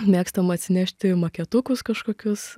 mėgstam atsinešti maketukus kažkokius